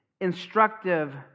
instructive